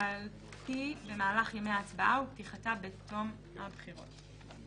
הקלפי במהלך ימי ההצבעה ופתיחתה בתום הבחירות.